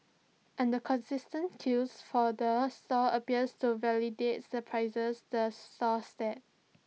and the consistent queues for the stall appears to validates the prices the stall sets